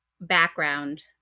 background